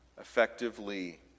effectively